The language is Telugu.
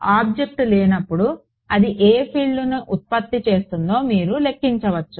ఆబ్జెక్ట్ లేనప్పుడ్డు అది ఏ ఫీల్డ్ను ఉత్పత్తి చేస్తుందో మీరు లెక్కించవచ్చు